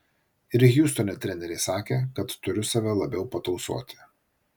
ir hjustone treneriai sakė kad turiu save labiau patausoti